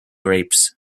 grapes